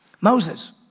Moses